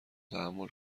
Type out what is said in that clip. تحمل